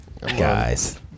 Guys